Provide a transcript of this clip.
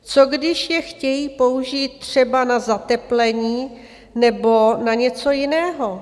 Co když je chtějí použít třeba na zateplení nebo na něco jiného?